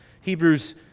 Hebrews